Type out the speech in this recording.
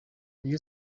rayon